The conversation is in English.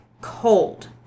cold